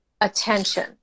attention